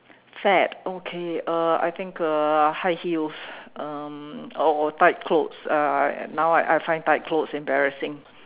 fad okay uh I think uh high heels um or tight clothes uh now I find tight clothes embarrassing